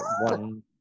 one